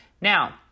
Now